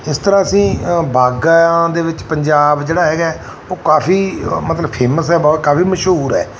ਇਸ ਤਰ੍ਹਾਂ ਅਸੀਂ ਬਾਗਾਂ ਦੇ ਵਿੱਚ ਪੰਜਾਬ ਜਿਹੜਾ ਹੈਗਾ ਉਹ ਕਾਫੀ ਮਤਲਬ ਫੇਮਸ ਹੈ ਬੋ ਕਾਫੀ ਮਸ਼ਹੂਰ ਹੈ